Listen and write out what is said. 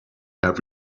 have